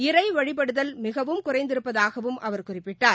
இறைவழிபடுதல் மிகவும் குறைந்திருப்பதாகவும் அவர் குறிப்பிட்டார்